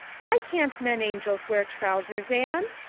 why can't men angels wear trousers, anne?